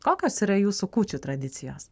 kokios yra jūsų kūčių tradicijos